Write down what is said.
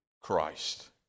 christ